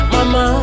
Mama